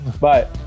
Bye